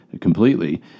completely